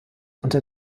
unter